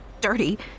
dirty